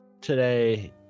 today